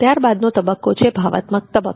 ત્યારબાદનો તબક્કો છે ભાવનાત્મક તબક્કો